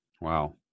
Wow